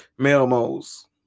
Melmo's